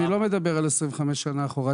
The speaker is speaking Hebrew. אני לא מדבר על 25 שנה אחורה,